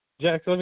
Jack